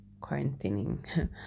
quarantining